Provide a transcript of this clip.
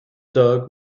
dog